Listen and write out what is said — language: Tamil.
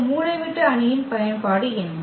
இந்த மூலைவிட்ட அணியின் பயன்பாடு என்ன